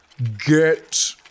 Get